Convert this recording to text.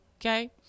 Okay